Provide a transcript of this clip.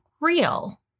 real